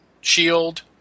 shield